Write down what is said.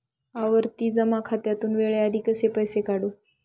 आवर्ती जमा खात्यातून वेळेआधी कसे पैसे काढू?